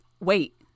Wait